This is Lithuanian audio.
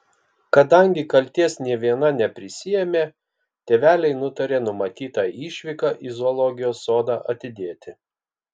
kadangi kaltės nė viena neprisiėmė tėveliai nutarė numatytą išvyką į zoologijos sodą atidėti